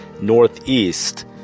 northeast